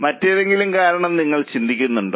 മറ്റെന്തെങ്കിലും കാരണം നിങ്ങൾ ചിന്തിക്കുന്നുണ്ടോ